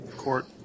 Court